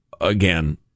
again